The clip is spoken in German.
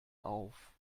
auf